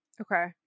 Okay